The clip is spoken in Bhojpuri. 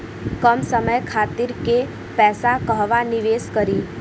कम समय खातिर के पैसा कहवा निवेश करि?